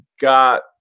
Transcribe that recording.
got